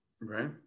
right